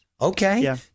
Okay